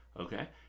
Okay